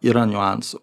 yra niuansų